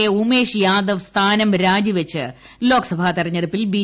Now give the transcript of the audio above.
A Umesh Yadav സ്ഥാനം രാജിവച്ച് ലോക്സഭാ തിരഞ്ഞെടൂപ്പിൽ ബി